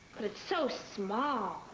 but it's so small!